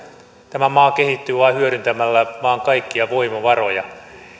tämä maa kehittyy vain hyödyntämällä maan kaikkia voimavaroja ja